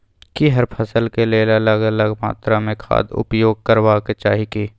की हर फसल के लेल अलग अलग मात्रा मे खाद उपयोग करबाक चाही की?